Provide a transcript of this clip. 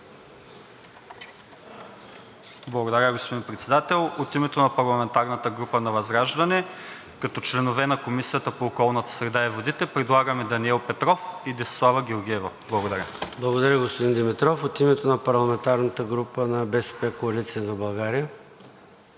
Благодаря, господин Председател. От името на парламентарната група на ВЪЗРАЖДАНЕ като членове на Комисията по околната среда и водите предлагаме Даниел Петров и Десислава Георгиева. Благодаря. ПРЕДСЕДАТЕЛ ЙОРДАН ЦОНЕВ: Благодаря Ви, господин Димитров. От името на парламентарната група на „БСП Коалиция за България“?